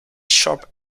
sharp